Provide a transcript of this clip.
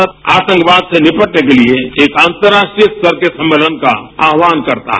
भारत आतंकवाद से निपटने के लिए एक अंतर्राष्ट्रीय स्तर के सम्मेलन का आह्वान करता है